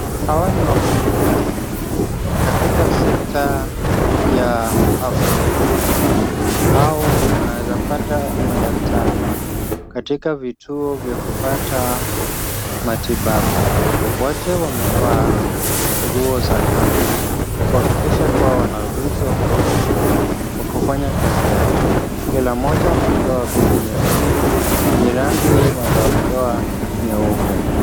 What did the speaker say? Hawa ni wafanyikazi katika sekta ya afya. Hao unawezapata ni madaktari katika vituo vya kupata matibabu, wote wamevaa nguo za kazi kuhakikisha kuwa wana ujuzi wa kutosha kwa kufanya kazi yao. Kila mmoja amepewa begi nyekundu yenye rangi madoadoa nyeupe.